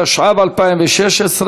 התשע"ו 2016,